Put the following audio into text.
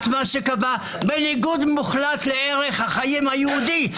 וקבע בניגוד מוחלט לערך החיים היהודי.